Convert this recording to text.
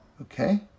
Okay